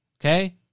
Okay